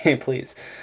please